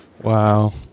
Wow